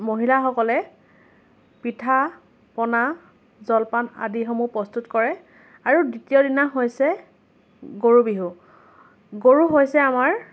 মহিলাসকলে পিঠাপনা জলপান আদিসমূহ প্ৰস্তুত কৰে আৰু দ্বিতীয় দিনা হৈছে গৰু বিহু গৰু হৈছে আমাৰ